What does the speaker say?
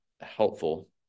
helpful